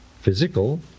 physical